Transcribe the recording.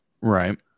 Right